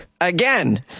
Again